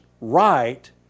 right